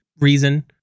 reason